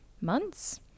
months